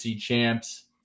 champs